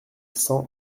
cent